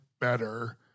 better